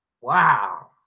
wow